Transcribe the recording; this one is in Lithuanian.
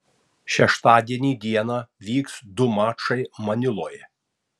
šeštadienį dieną vyks ir du mačai maniloje